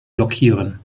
blockieren